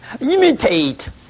imitate